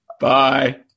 Bye